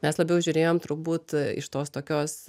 mes labiau žiūrėjom turbūt iš tos tokios